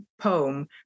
poem